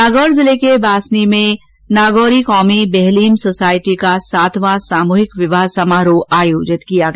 नागौर जिले के बासनी में आज नागौरी कौमी बेहलीम सोसाइटी का सातवां सामूहिक विवाह समारोह आयोजित किया गया